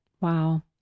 Wow